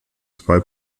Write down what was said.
zwei